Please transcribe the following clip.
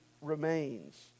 remains